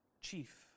chief